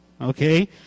okay